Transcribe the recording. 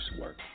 work